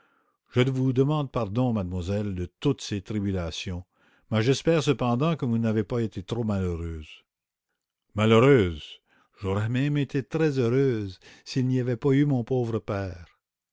je vous demande pardon mademoiselle de toutes ces tribulations mais j'espère cependant que vous n'avez pas été trop malheureuse malheureuse j'aurais été très heureuse s'il n'y avait pas eu mon pauvre père